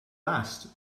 last